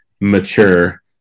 mature